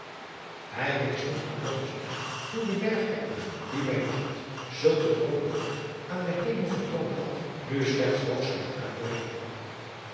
hij wees toen aan blommesteyn hoe de berg hekla die bij nacht zulk een rooden gloed aan den hemel vertoond had nu slechts rook scheen uit te werpen